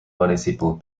municipal